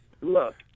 look